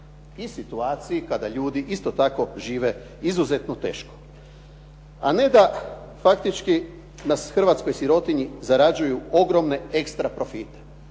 i situaciji kada ljudi isto tako žive izuzetno teško a ne da faktički na hrvatskoj sirotinji zarađuju ogromne ekstra profite,